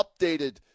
updated